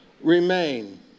remain